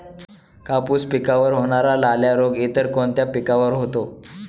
कापूस पिकावर होणारा लाल्या रोग इतर कोणत्या पिकावर होतो?